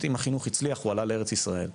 אם החינוך הצליח הוא עלה לארץ ישראל.